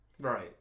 Right